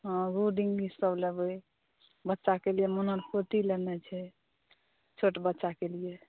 हॅं ओहो सभ लेबै बच्चाके लिए मनोहर पोथी लेनाइ छै छोट बच्चाके लिए